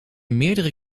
meerdere